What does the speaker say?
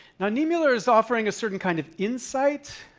and niemoller is offering a certain kind of insight.